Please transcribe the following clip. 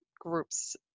groups